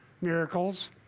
miracles